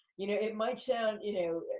you know, it might sound, you know,